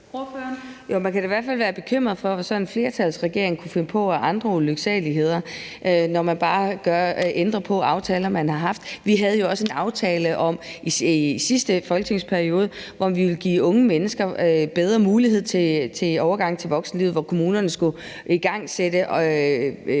fald være bekymret for, hvad sådan en flertalsregering kunne finde på af andre ulyksaligheder, når man bare ændrer aftaler, man har haft. Vi havde jo også en aftale i sidste folketingsperiode om, at vi ville give unge mennesker bedre muligheder i overgangen til voksenlivet, hvor kommunerne skulle igangsætte